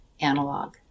analog